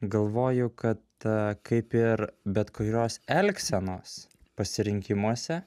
galvoju kad kaip ir bet kurios elgsenos pasirinkimuose